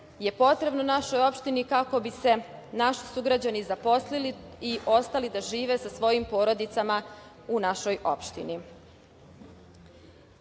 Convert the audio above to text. je potrebno našoj opštini kako bi se naši sugrađani zaposlili i ostali da žive sa svojim porodicama u našoj opštini.I